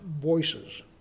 voices